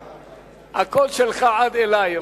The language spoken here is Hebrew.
הקול שלך, עד אלי.